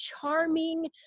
charming